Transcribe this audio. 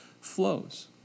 flows